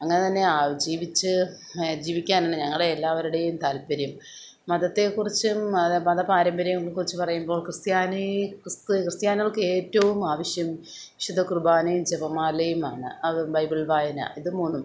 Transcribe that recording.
അങ്ങനെ തന്നെ ആ ജീവിച്ച് ജീവിക്കാൻ തന്നെ ഞങ്ങളുടെ എല്ലാവരുടെയും താൽപ്പര്യം മതത്തെ കുറിച്ചും മത മതപാരമ്പര്യം കുറിച്ച് പറയുമ്പോൾ ക്രിസ്ത്യാനി ക്രിസ്ത് ക്രിസ്ത്യാനികൾക്ക് ഏറ്റവും ആവിശ്യം വിശുദ്ധ കുർബാനയും ജപമാലയുമാണ് അത് ബൈബിൾ വായന ഇത് മൂന്നും